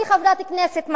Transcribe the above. אני חברת הכנסת,